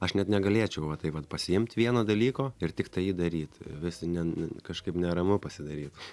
aš net negalėčiau va taip vat pasiimt vieno dalyko ir tiktai jį daryt visi ne ne kažkaip neramu pasidarytų